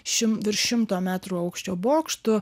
šim virš šimto metrų aukščio bokštu